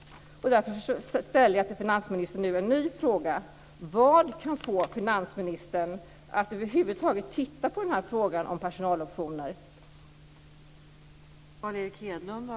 Därför ställer jag nu en ny fråga till finansministern: Vad kan få finansministern att över huvud taget titta på frågan om personaloptioner?